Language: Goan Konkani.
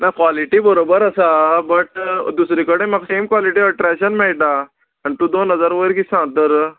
ना क्वॉलिटी बरोबर आसा बट दुसरे कडेन म्हाका सेम क्वॉलिटी अठराशें मेळटा आनी तूं दोन हजार वयर किद सांगता तर